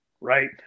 right